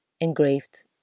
engraved